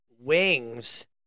wings